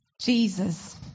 Jesus